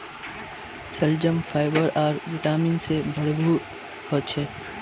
शलजम फाइबर आर विटामिन से भरपूर ह छे